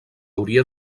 hauria